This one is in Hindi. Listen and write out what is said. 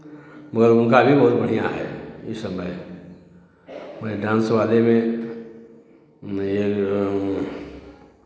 मगर उनका भी बहुत बढ़ियाँ है इस समय वही डांस वाले में ये